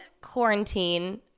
quarantine